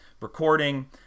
recording